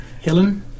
Helen